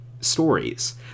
stories